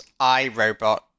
iRobot